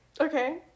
Okay